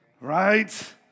right